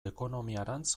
ekonomiarantz